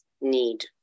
need